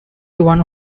one